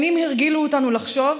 שנים הרגילו אותנו לחשוב